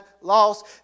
lost